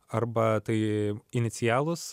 arba tai inicialus